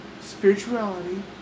spirituality